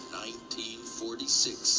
1946